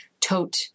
tote